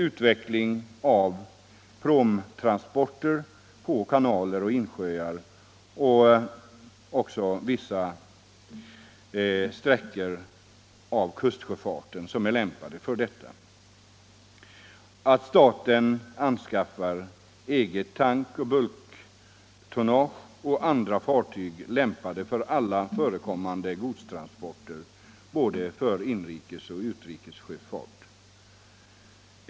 Utveckling av pråmtransporter på kanaler och insjöar samt vissa för sådan trafik lämpliga kuststräckor.